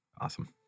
Awesome